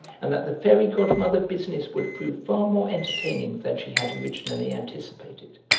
and that the fairy godmother business would prove far more entertaining than she had originally anticipated.